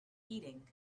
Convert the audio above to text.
eating